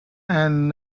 and